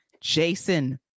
jason